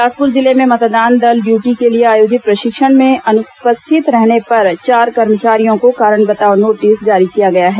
बिलासपुर जिले में मतदान दल ड्यूटी के लिए आयोजित प्रशिक्षण में अनुपस्थित रहने पर चार कर्मचारियों को कारण बताओ नोटिस जारी किया गया है